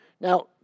Now